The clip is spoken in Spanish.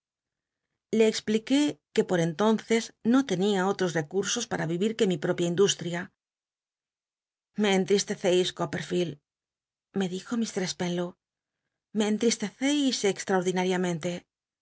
le expliqué que por entonces no ten ia oltos recursos para viri t que mi propia industl'ia iic cntl'isteccis coppcl'licld me dij o mt spenlow me cntristeceis